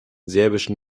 serbischen